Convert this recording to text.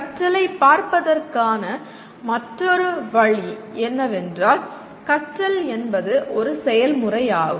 கற்றலைப் பார்ப்பதற்கான மற்றொரு வழி என்னவென்றால் கற்றல் என்பது ஒரு செயல்முறையாகும்